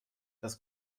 dass